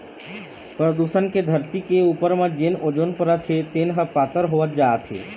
परदूसन के धरती के उपर म जेन ओजोन परत हे तेन ह पातर होवत जावत हे